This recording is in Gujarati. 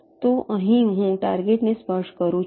તો અહીં હું ટાર્ગેટ ને સ્પર્શું છું